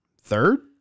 third